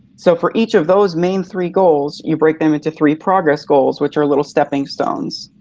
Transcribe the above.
so for each of those main three goals, you break them into three progress goals, which are little stepping stones.